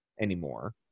anymore